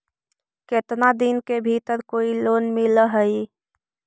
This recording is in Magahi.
केतना दिन के भीतर कोइ लोन मिल हइ?